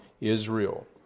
Israel